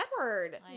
Edward